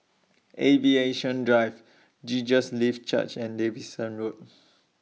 Aviation Drive Jesus Lives Church and Davidson Road